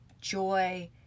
joy